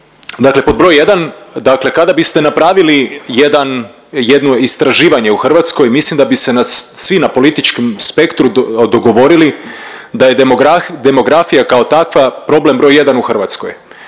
Dakle pod broj jedan, dakle kada biste napravili jedno istraživanje u Hrvatskoj mislim da bi se svi na političkom spektru dogovorili da je demografija kao takva problem broj jedan u Hrvatskoj.